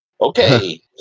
okay